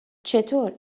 چطور